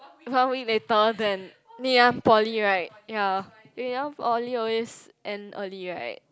one week later than Ngee-Ann Poly right ya Ngee-Ann Poly always end early right